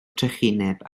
trychineb